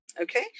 Okay